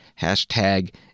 Hashtag